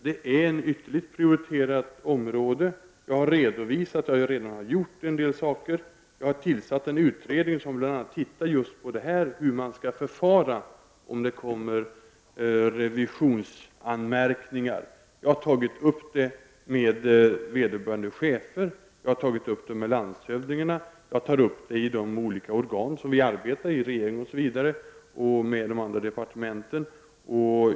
Detta är ett ytterligt prioriterat område. Jag har också redovisat att jag redan har vidtagit en del åtgärder. Jag har tillsatt en utredning, som bl.a. studerar hur man skall förfara om det kommer in revisionsanmärkningar. Jag har tagit upp frågan med vederbörande chefer och med landshövdingarna, med de olika organen inom regeringen och med de andra departementen.